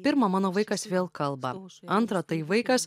pirma mano vaikas vėl kalba antra tai vaikas